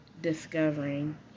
discovering